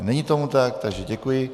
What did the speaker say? Není tomu tak, takže děkuji.